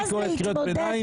- גם גברתי קוראת קריאות ביניים